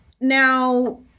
Now